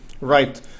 Right